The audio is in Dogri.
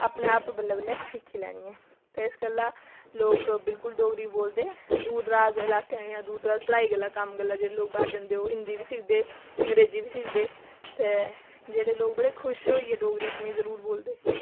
अपने आप बल्लें बल्लें सिक्खी लैनी ऐ ते इस गल्ला लोक बिलकुल डोगरी बोलदे दूर दराज इलाकें च जां दूर दराज पढ़ाई गल्लै कम्म गल्लै जेह्ड़े लोक बाह्र जंदे ओह् हिंदी बी सिखदे अग्रेंजी बी सिखदे ते जेह्ड़े लोक बड़े खुश होइयै डोगरी अपनी जरूर बोलदे